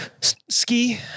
Ski